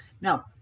Now